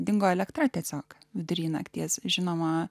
dingo elektra tiesiog vidury nakties žinoma